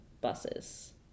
buses